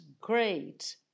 Great